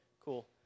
cool